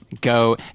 Go